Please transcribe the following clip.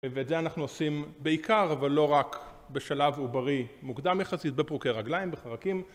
ואת זה אנחנו עושים בעיקר, אבל לא רק בשלב עוברי מוקדם יחסית, בפרוקי רגליים, בחרקים